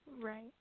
Right